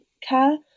care